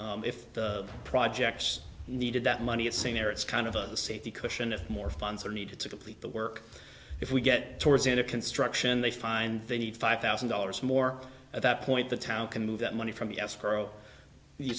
if the projects needed that money is seen there it's kind of a safety cushion if more funds are needed to complete the work if we get towards the end of construction they find they need five thousand dollars more at that point the town can move that money from the escrow